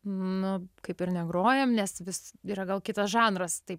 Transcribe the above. nu kaip ir negrojam nes vis yra gal kitas žanras tai